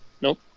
Nope